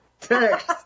text